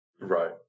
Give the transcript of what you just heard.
Right